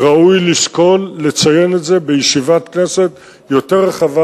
ראוי לשקול לציין את זה בישיבת כנסת יותר רחבה